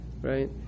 right